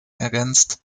ergänzt